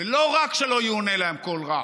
ולא רק שלא יאונה להם כל רע,